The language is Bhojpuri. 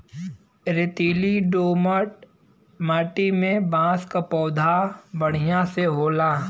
रेतीली दोमट माटी में बांस क पौधा बढ़िया से होला